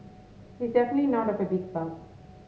he is definitely not of a big bulk